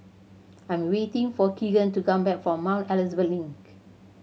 I'm waiting for Kegan to come back from Mount Elizabeth Link